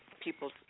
people